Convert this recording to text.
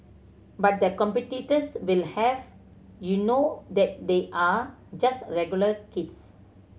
but the competitors will have you know that they are just regular kids